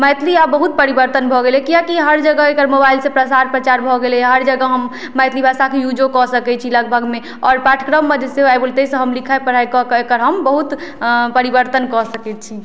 मैथिली आब बहुत परिवर्तन भऽ गेलै किए कि हर जगह एकर मोबाइलसँ प्रसार प्रचार भऽ गेलै हर जगह हम मैथिली भाषाके यूजो कऽ सकैत छी लगभगमे आओर पाठ्यक्रममे सेहो आबि गेल ताहि सऽ हम लिखाइ पढ़ाइ कऽके एकर हम बहुत परिवर्तन कऽ सकैत छी